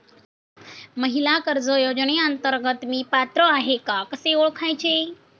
महिला कर्ज योजनेअंतर्गत मी पात्र आहे का कसे ओळखायचे?